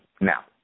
Now